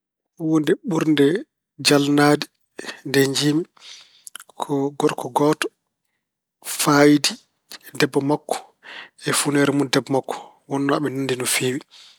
Huunde ɓurde jalnaade nde njiymi ko gorko gooto fayidi debbo makko e funeere mun debbo makko, wonno aɓe nanndi no feewi.